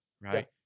right